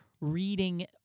reading